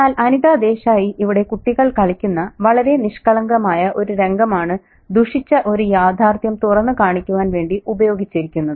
എന്നാൽ അനിത ദേശായി ഇവിടെ കുട്ടികൾ കളിക്കുന്ന വളരെ നിഷ്കളങ്കമായ ഒരു രംഗമാണ് ദുഷിച്ച ഒരു യാഥാർത്ഥ്യം തുറന്നുകാണിക്കുവാൻ വേണ്ടി ഉപയോഗിച്ചിരിക്കുന്നത്